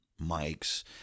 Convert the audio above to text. mics